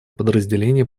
подразделение